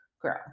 grow